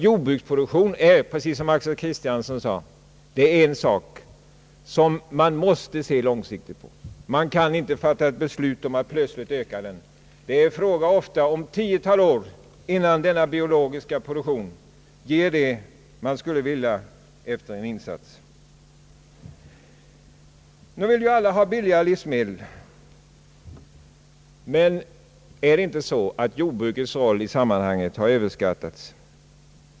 Jordbruksproduktion är — såsom herr Axel Kristiansson sade — en fråga som man måste se långsiktigt på. Man kan inte fatta eti beslut om att plötsligt öka jordbruksproduktionen. Det dröjer ofta ett tiotal år innan denna biologiska produktion ger den avkastning man önskar. Vi vill alla ha billigare livsmedel. Jordbrukets roll i detta sammanhang har överskattats.